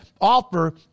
offer